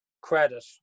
credit